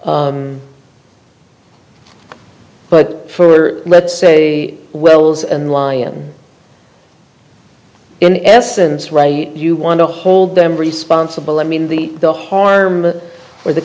but for let's say wells and lyon in essence right you want to hold them responsible i mean the the harm or the